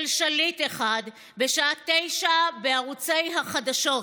של שליט אחד, בשעה 21:00 בערוצי החדשות.